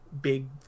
big